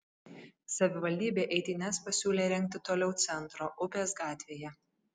savivaldybė eitynes pasiūlė rengti toliau centro upės gatvėje